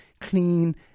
clean